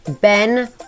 Ben